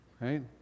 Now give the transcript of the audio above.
right